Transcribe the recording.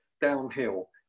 downhill